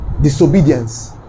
disobedience